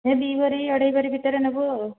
ସେ ଦୁଇ ଭରି ଅଢ଼େଇ ଭରି ଭିତରେ ନେବୁ ଆଉ